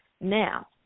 Now